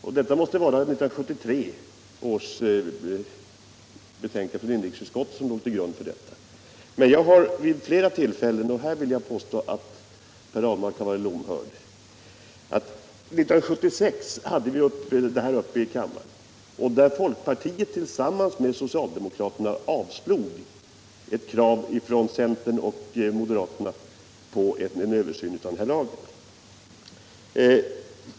Det måste gälla 1973 års betänkande från inrikesutskottet som låg till grund för det uttalandet. Men jag har vid flera tillfällen — och här vill jag påstå att Per Ahlmark varit lomhörd — sagt att vi hade det här uppe i riksdagen 1976, och då avslog folkpartiet tillsammans med socialdemokraterna ett krav på översyn av den här lagen från centern och moderaterna.